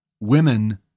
women